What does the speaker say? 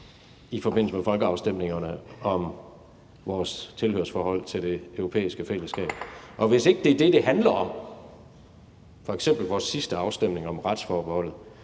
i forbindelse med folkeafstemningerne om vores tilhørsforhold til Det Europæiske Fællesskab. Og hvis ikke det er det, det handler om – f.eks. vores sidste afstemning om retsforbeholdet